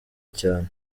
cyane